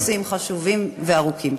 משהו יותר מורחב, כי הנושאים חשובים וארוכים.